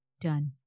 done